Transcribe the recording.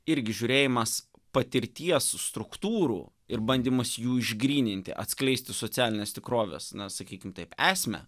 irgi žiūrėjimas patirties struktūrų ir bandymus jų išgryninti atskleisti socialinės tikrovės na sakykim taip esmę